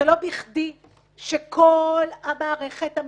זה לא בכדי שכל המערכת המשפטית,